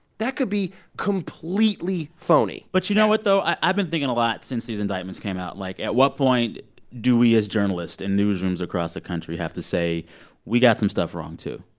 that could be completely phony yeah but, you know what, though? i've been thinking a lot since these indictments came out. like, at what point do we as journalists in newsrooms across the country have to say we got some stuff wrong, too?